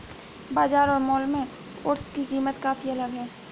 बाजार और मॉल में ओट्स की कीमत काफी अलग है